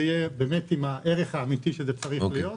שזה יהיה באמת עם הערך האמיתי שצריך להיות.